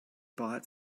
bought